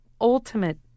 ultimate